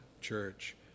church